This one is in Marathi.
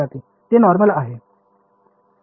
विद्यार्थीः ते नॉर्मल आहे